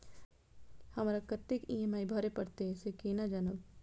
हमरा कतेक ई.एम.आई भरें परतें से केना जानब?